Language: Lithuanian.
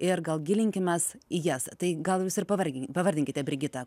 ir gal gilinkimės į jas tai gal jūs ir pavarg pavardinkite brigita